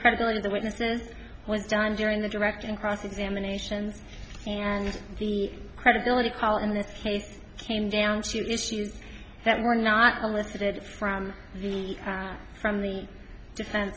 credibility of the witnesses was done during the direct and cross examinations and the credibility call in this case came down to issues that were not only stated from the from the defen